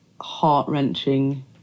heart-wrenching